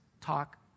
talk